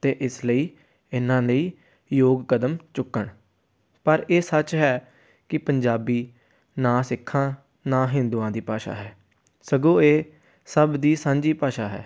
ਅਤੇ ਇਸ ਲਈ ਇਨ੍ਹਾਂ ਲਈ ਯੋਗ ਕਦਮ ਚੁੱਕਣ ਪਰ ਇਹ ਸੱਚ ਹੈ ਕਿ ਪੰਜਾਬੀ ਨਾ ਸਿੱਖਾਂ ਨਾ ਹਿੰਦੂਆਂ ਦੀ ਭਾਸ਼ਾ ਹੈ ਸਗੋਂ ਇਹ ਸਭ ਦੀ ਸਾਂਝੀ ਭਾਸ਼ਾ ਹੈ